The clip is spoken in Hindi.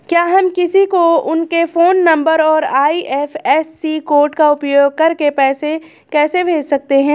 क्या हम किसी को उनके फोन नंबर और आई.एफ.एस.सी कोड का उपयोग करके पैसे कैसे भेज सकते हैं?